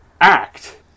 act